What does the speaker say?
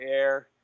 air